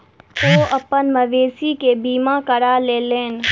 ओ अपन मवेशी के बीमा करा लेलैन